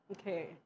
Okay